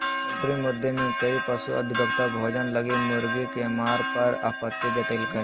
poultry मुद्दे में कई पशु अधिवक्ता भोजन लगी मुर्गी के मारे पर आपत्ति जतैल्कय